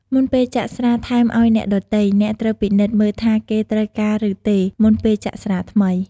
មុនពេលចាក់ស្រាថែមអោយអ្នកដ៏ទៃ អ្នកត្រូវពិនិត្យមើលថាគេត្រូវការឬទេ មុនពេលចាក់ស្រាថ្មី។